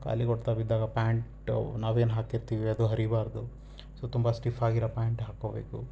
ಕಾಲಿಗೆ ಹೊಡೆತ ಬಿದ್ದಾಗ ಪ್ಯಾಂಟ್ ನಾವೇನು ಹಾಕಿರ್ತೀವಿ ಅದು ಹರೀಬಾರ್ದು ಸೊ ತುಂಬ ಸ್ಟಿಫ್ ಆಗಿರೋ ಪ್ಯಾಂಟ್ ಹಾಕಿಕೋಬೇಕು